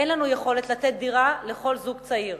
אין לנו יכולת לתת דירה לכל זוג צעיר.